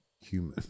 human